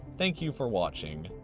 thank you for watching.